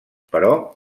però